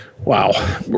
Wow